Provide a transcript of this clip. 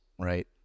right